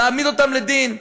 להעמיד אותם לדין.